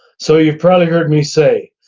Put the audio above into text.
so you've probably heard me say,